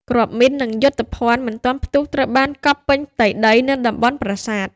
គ្រាប់មីន និងយុទ្ធភណ្ឌមិនទាន់ផ្ទុះត្រូវបានកប់ពេញផ្ទៃដីនៃតំបន់ប្រាសាទ។